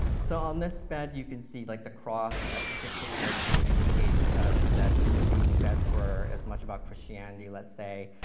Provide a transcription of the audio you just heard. so, on this bed you can see like the cross just to kind of you know indicate that these beds were as much about christianity, let's say,